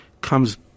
comes